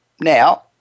Now